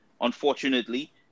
unfortunately